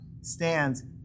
stands